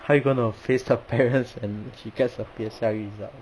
how you going to face the parents when she gets her P_S_L_E results